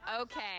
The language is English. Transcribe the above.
Okay